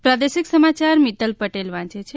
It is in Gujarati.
પ્રાદેશિક સમાચાર મિત્તલ પટેલ વાંચે છે